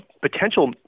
potential